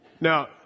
Now